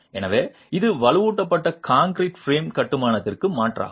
எனவே இது வலுவூட்டப்பட்ட கான்கிரீட் பிரேம் கட்டுமானத்திற்கு மாற்றாகும்